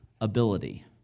ability